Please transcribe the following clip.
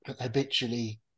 habitually